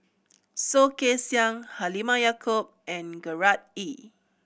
Soh Kay Siang Halimah Yacob and Gerard Ee